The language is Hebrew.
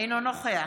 אינו נוכח